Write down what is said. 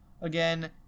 again